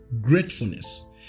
Gratefulness